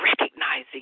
Recognizing